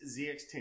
ZX10